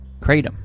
Kratom